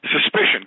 Suspicion